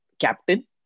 captain